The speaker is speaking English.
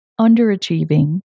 underachieving